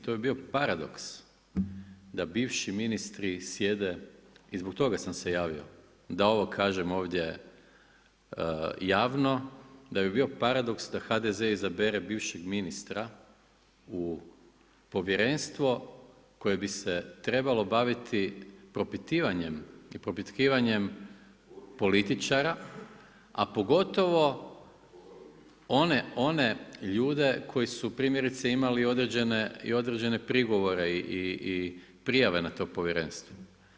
To bi bio paradoks, da bivši ministri sjede i zbog toga sam se javio da ovo kažem ovdje javno, da bi bio paradoks da HDZ izabere bivšeg ministra u povjerenstvo koje bi se trebalo baviti propitivanjem i propitkivanjem političara, a pogotovo one ljude koji su primjerice imali određene prigovore i prijave na to povjerenstvo.